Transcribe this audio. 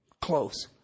close